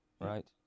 Right